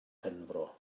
penfro